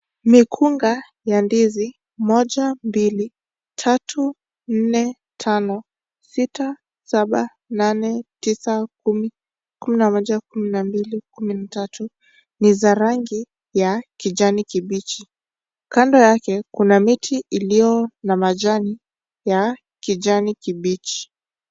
Mikunga ya ndizi moja, mbili, tatu, nne, tano, sita, saba, nane, tisa, kumi, kumi na moja, kumi na mbili, kumi na tatu ni za rangi ya kijani kibichi. Kando yake kuna kiti iliyo na majani ya kijani kibichi.